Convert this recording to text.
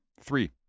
Three